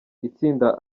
itsinda